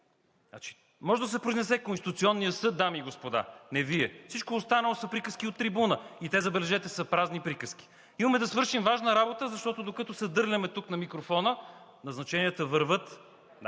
Може да се произнесе Конституционният съд, дами и господа, не Вие. Всичко останало са приказки от трибуната и те, забележете, са празни приказки. Имаме да свършим важна работа, защото, докато се дърляме тук на микрофона, назначенията вървят.